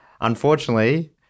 Unfortunately